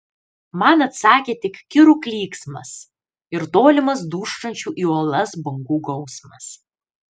man atsakė tik kirų klyksmas ir tolimas dūžtančių į uolas bangų gausmas